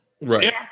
Right